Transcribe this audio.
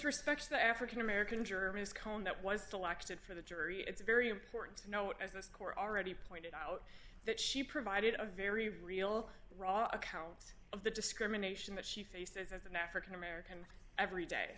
respect to the african american germans cone that was selected for the jury it's very important to note as the score already pointed out that she provided a very real rall account of the discrimination that she faced as an african american every day